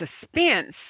suspense